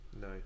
No